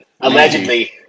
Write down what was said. Allegedly